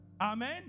amen